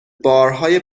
بارهای